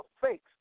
fakes